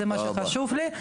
זה מה שחשוב לי.